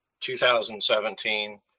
2017